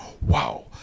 Wow